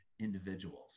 individuals